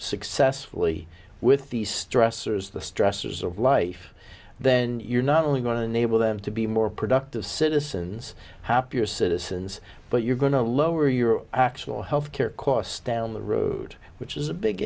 successfully with the stressors the stresses of life then you're not only going to enable them to be more productive citizens happier citizens but you're going to lower your actual health care costs down the road which is a big